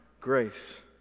grace